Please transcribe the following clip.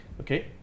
Okay